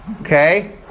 Okay